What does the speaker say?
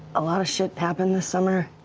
a lot of shit happened this summer,